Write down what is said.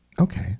Okay